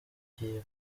ugiye